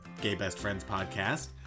GayBestFriendsPodcast